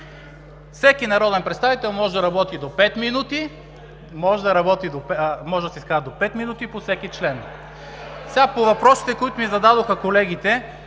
Всеки народен представител може да се изказва до пет минути по всеки член. А сега по въпросите, които ми зададоха колегите.